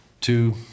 two